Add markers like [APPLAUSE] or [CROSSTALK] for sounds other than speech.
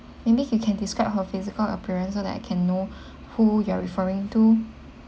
maybe you can describe her physical appearance so that I can know [BREATH] who you're referring to